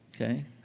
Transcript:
okay